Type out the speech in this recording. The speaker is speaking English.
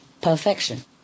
perfection